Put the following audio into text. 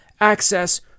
access